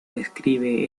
describe